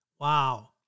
Wow